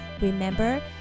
remember